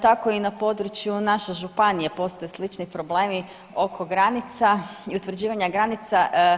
Tako i na području naše županije postoje slični problemi oko granica i utvrđivanja granica.